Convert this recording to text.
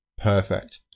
perfect